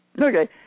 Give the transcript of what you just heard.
Okay